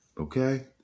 Okay